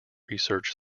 research